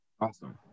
awesome